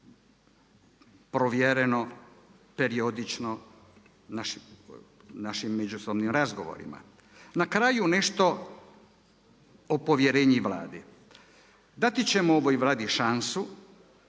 provjereno periodično našim međusobnim razgovorima. Na kraju nešto o povjerenju Vladi. Dati ćemo ovoj Vladi šansu